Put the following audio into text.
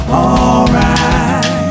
alright